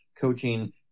coaching